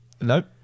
Nope